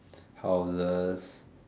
houses